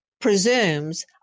presumes